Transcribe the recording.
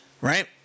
Right